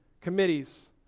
committees